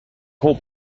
call